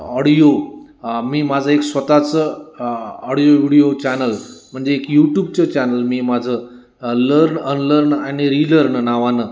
audio मी माझं एक स्वतःच ऑडिओ विडिओ चॅनल म्हणजे एक यूट्यूबचं चॅनल मी माझं लर्न अनलर्न आणि रिीलर्न नावानं